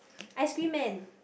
ice cream man